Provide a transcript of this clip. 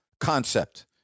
concept